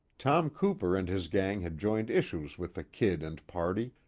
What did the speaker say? tom cooper and his gang had joined issues with the kid and party,